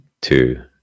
two